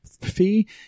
fee